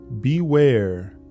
Beware